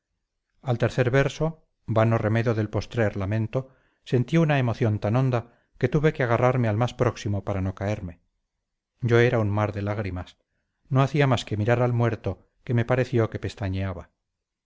al tercer verso sentí una emoción tan honda que tuve que agarrarme al más próximo para no caerme yo era un mar de lágrimas no hacía más que mirar al muerto que me pareció que pestañeaba